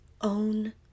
own